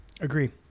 Agree